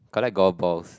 collect golf balls